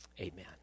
Amen